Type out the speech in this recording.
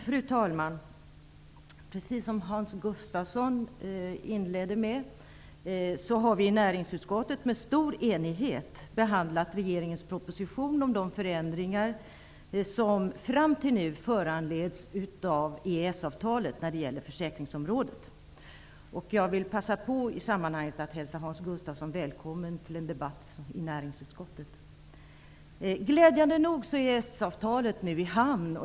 Fru talman! Precis som Hans Gustafsson inledde med att säga, har vi i näringsutskottet i stor enighet behandlat regeringens proposition om de förändringar när det gäller försäkringsområdet som fram till nu föranleds av EES-avtalet. Jag vill i sammanhanget passa på att hälsa Hans Gustafsson välkommen till en debatt med ledamöterna i näringsutskottet. Glädjande nog är EES-avtalet nu i hamn.